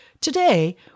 Today